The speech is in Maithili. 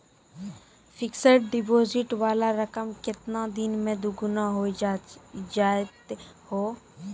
फिक्स्ड डिपोजिट वाला रकम केतना दिन मे दुगूना हो जाएत यो?